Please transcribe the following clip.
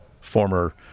Former